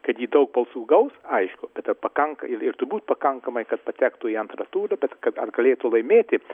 kad ji daug balsų gaus aišku bet ar pakanka ir ir turbūt pakankamai kad patektų į antrą turą bet kad ar galėtų laimėti